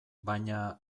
baina